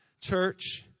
church